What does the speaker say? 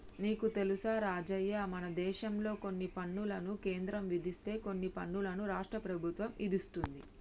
నీకు తెలుసా రాజయ్య మనదేశంలో కొన్ని పనులను కేంద్రం విధిస్తే కొన్ని పనులను రాష్ట్ర ప్రభుత్వం ఇదిస్తుంది